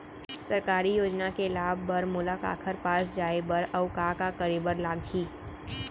सरकारी योजना के लाभ बर मोला काखर पास जाए बर अऊ का का करे बर लागही?